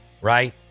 right